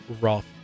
rough